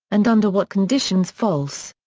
and under what conditions false?